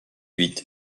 huit